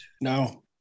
No